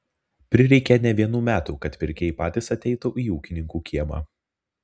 prireikė ne vienų metų kad pirkėjai patys ateitų į ūkininkų kiemą